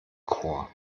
chor